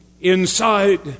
inside